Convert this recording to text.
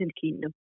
Kingdom